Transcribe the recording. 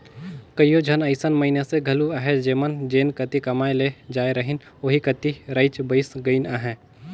कइयो झन अइसन मइनसे घलो अहें जेमन जेन कती कमाए ले जाए रहिन ओही कती रइच बइस गइन अहें